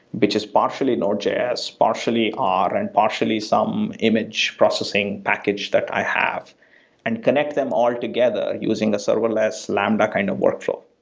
which is partially node js, partially r, and partially some image processing package that i have and connect them all together using a serverless lambda kind of workflow.